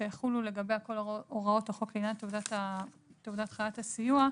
שיחולו לגביה כל הוראות החוק לעניין תעודת חיית הסיוע,